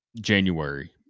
January